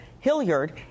Hilliard